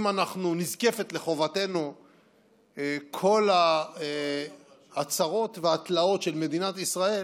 אם נזקפות לחובתנו כל הצרות והתלאות של מדינת ישראל,